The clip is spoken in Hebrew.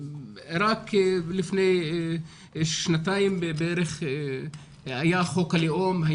רק לפני שנתיים בערך היה חוק הלאום.